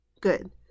Good